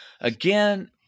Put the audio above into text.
again